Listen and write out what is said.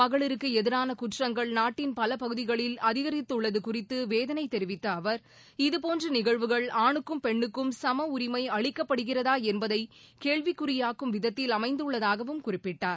மகளிருக்கு எதிரான குற்றங்கள் நாட்டின் பல பகுதிகளில் அதிகரித்துள்ளது குறித்து வேதனை தெரிவித்த அவர் இதபோன்ற நிகழ்வுகள் ஆனுக்கும் பெண்னுக்கும் சம உரிமை அளிக்கப்படுகிறதா என்பதை கேள்விக்குறியாக்கும் விதத்தில் அமைந்துள்ளதாகவும் குறிப்பிட்டார்